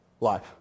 life